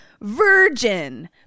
Virgin